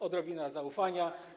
Odrobina zaufania.